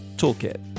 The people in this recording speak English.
toolkit